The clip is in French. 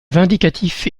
vindicatif